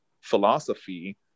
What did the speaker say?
philosophy